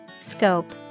Scope